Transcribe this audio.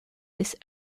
this